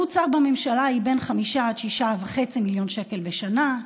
עלות שר בממשלה היא בין 5 עד 6.5 מיליון שקל בשנה.